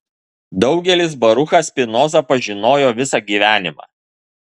daugelis baruchą spinozą pažinojo visą gyvenimą